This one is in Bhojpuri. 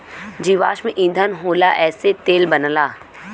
जीवाश्म ईधन होला एसे तेल बनला